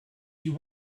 you